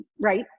right